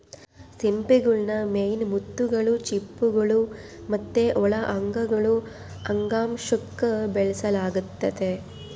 ಸಿಂಪಿಗುಳ್ನ ಮೇನ್ ಮುತ್ತುಗುಳು, ಚಿಪ್ಪುಗುಳು ಮತ್ತೆ ಒಳ ಅಂಗಗುಳು ಅಂಗಾಂಶುಕ್ಕ ಬೆಳೆಸಲಾಗ್ತತೆ